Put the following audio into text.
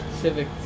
Civic